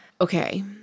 Okay